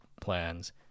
plans